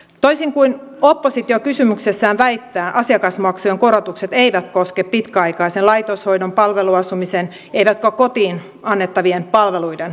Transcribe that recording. toisin kuin oppositio kysymyksessään väittää asiakasmaksujen korotukset eivät koske pitkäaikaisen laitoshoidon palveluasumisen eivätkä kotiin annettavien palveluiden maksuja